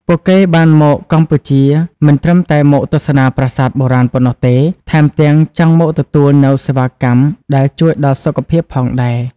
ពួកគេបានមកកម្ពុជាមិនត្រឹមតែមកទស្សនាប្រាសាទបុរាណប៉ុណ្ណោះទេ ថែមទាំងចង់មកទទួលនូវសេវាកម្មដែលជួយដល់សុខភាពផងដែរ។